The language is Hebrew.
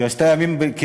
שעשתה לילות כימים,